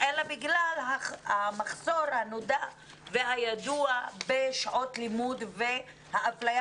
אלא בגלל המחסור הידוע בשעות לימוד והאפליה